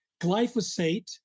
Glyphosate